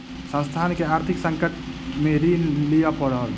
संस्थान के आर्थिक संकट में ऋण लिअ पड़ल